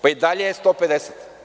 Pa, i dalje je 150.